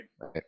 Right